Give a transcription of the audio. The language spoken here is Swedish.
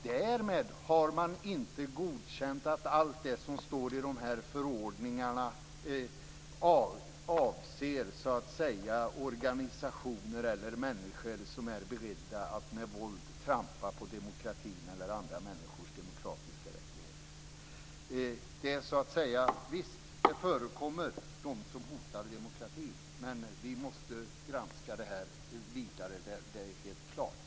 Därmed har man inte godkänt att allt det som står i förordningarna avser organisationer eller människor som är beredda att med våld trampa på demokratin eller andra människors demokratiska rättigheter. Visst förekommer det hot mot demokratin, men vi måste granska detta vidare, det är helt klart.